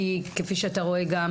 כי כפי שאתם רואים,